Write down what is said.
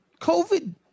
COVID